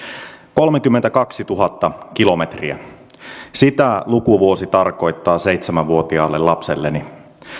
kolmekymmentäkaksituhatta kilometriä sitä lukuvuosi tarkoittaa seitsemän vuotiaalle lapselleni